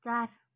चार